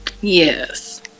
yes